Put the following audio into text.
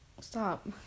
Stop